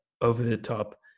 over-the-top